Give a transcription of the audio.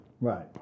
Right